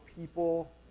people